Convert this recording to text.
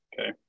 Okay